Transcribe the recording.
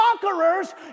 conquerors